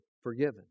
forgiven